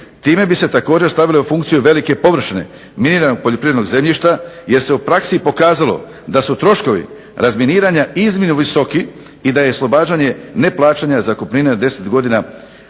Time bi se također stavile u funkciju velike površine miniranog poljoprivrednog zemljišta jer se u praksi pokazalo da su troškovi razminiravanja iznimno visoki i da je oslobađanje neplaćanja zakupnine od 10 godina prekratak